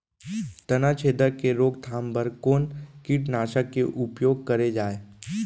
तनाछेदक के रोकथाम बर कोन कीटनाशक के उपयोग करे जाये?